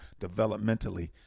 developmentally